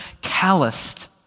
calloused